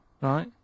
Right